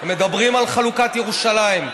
הם מדברים על חלוקת ירושלים.